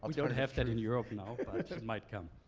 um don't have that in europe now, but it might come.